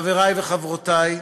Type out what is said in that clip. חברי וחברותי,